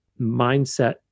mindset